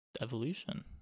Evolution